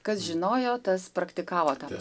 kas žinojo tas praktikavo tą